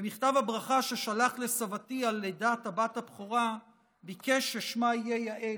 במכתב הברכה ששלח לסבתי על לידת הבת הבכורה ביקש ששמה יהיה יעל,